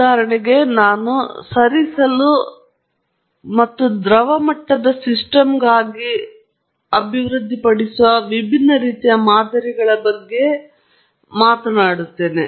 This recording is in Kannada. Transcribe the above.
ಆದ್ದರಿಂದ ಈಗ ನಾವು ಸರಿಸಲು ಮತ್ತು ದ್ರವ ಮಟ್ಟದ ಸಿಸ್ಟಮ್ಗಾಗಿ ಅಭಿವೃದ್ಧಿಪಡಿಸುವ ವಿಭಿನ್ನ ರೀತಿಯ ಮಾದರಿಗಳ ಬಗ್ಗೆ ಭಾವನೆಯನ್ನು ನೀಡೋಣ